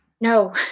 No